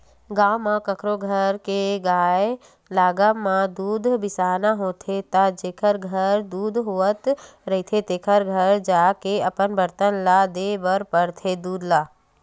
गाँव म कखरो घर के गाय लागब म दूद बिसाना होथे त जेखर घर दूद होवत रहिथे तेखर घर जाके अपन बरतन म लेय बर परथे दूद ल